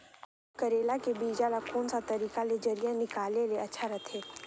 करेला के बीजा ला कोन सा तरीका ले जरिया निकाले ले अच्छा रथे?